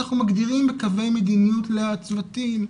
אנחנו מגדירים בקווי מדיניות לצוותים,